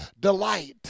delight